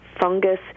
fungus